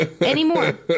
anymore